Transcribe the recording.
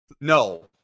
No